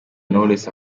knowless